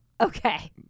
Okay